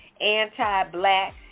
anti-black